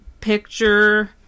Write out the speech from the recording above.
picture